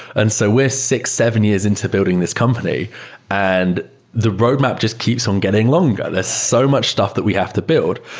and so we're six, seven years into building this company and the roadmap just keeps on getting longer. there's so much stuff that we have to build.